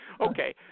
Okay